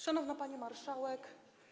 Szanowna Pani Marszałek!